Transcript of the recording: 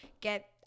get